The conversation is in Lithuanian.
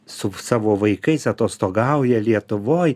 su savo vaikais atostogauja lietuvoj